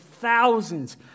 thousands